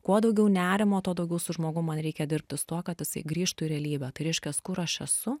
kuo daugiau nerimo tuo daugiau su žmogum man reikia dirbti su tuo kad jisai grįžtų į realybę tai reiškias kur aš esu